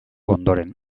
ondoren